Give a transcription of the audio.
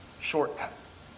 shortcuts